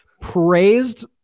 praised